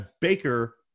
baker